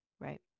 Right